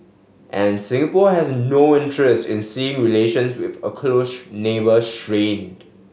and Singapore has no interest in seeing relations with a close neighbour strained